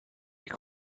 est